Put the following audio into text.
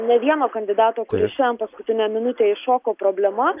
ne vieno kandidato kuris šiandien paskutinę minutę įšoko problema